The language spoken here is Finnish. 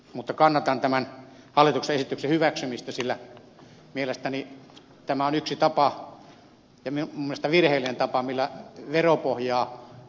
mutta kannatan tämän hallituksen esityksen hyväksymistä sillä mielestäni tämä käytäntö on yksi tapa ja minun mielestäni virheellinen tapa millä veropohjaa murennetaan